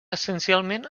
essencialment